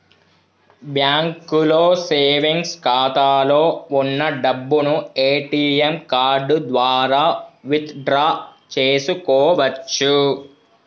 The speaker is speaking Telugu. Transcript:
బ్యాంకులో సేవెంగ్స్ ఖాతాలో వున్న డబ్బును ఏటీఎం కార్డు ద్వారా విత్ డ్రా చేసుకోవచ్చు